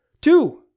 Two